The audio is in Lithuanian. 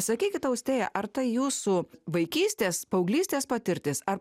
sakykit austėja ar tai jūsų vaikystės paauglystės patirtis ar